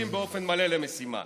מגויסים באופן מלא למשימה,